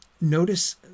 notice